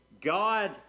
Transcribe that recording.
God